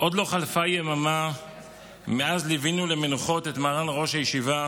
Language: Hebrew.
עוד לא חלפה יממה מאז ליווינו למנוחות את מרן ראש הישיבה